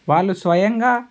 వాళ్ళు స్వయంగా